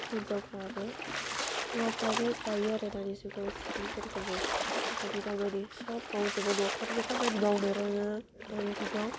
हिन्जावफ्राबो हवाफ्राबो दायो आरो दानि जुगाव सिफोरखौबो खामानि दामानि सब मावजोबो न'खरनि खामानि मावनो रोङो दानि जुगाव